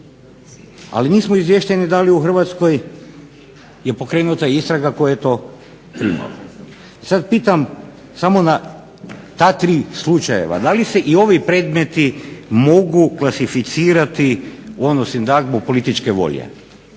ali nismo izvješteni da li u Hrvatskoj je pokrenuta istraga tko je to primao. Sada pitam samo na ta tri slučajeva, da li se i ovi predmeti mogu klasificirati u onu sintagmu političke volje,